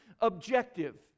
objective